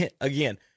Again